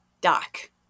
doc